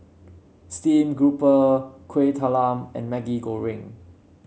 Steamed Grouper Kueh Talam and Maggi Goreng